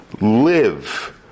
live